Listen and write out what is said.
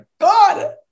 God